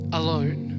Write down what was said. alone